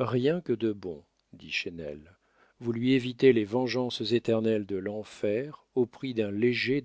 rien que de bon dit chesnel vous lui évitez les vengeances éternelles de l'enfer au prix d'un léger